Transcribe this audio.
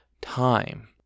time